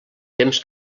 temps